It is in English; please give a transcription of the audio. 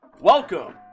welcome